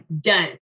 Done